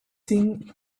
seen